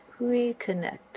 reconnect